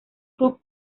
cooke